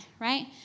right